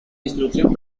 instrucción